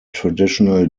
traditional